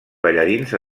ballarins